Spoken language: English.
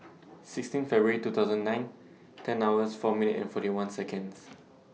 sixteen February two thousand and nine ten hours four minutes and forty one Seconds